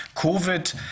Covid